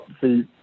see